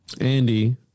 Andy